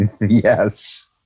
Yes